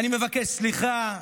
אני מבקש סליחה,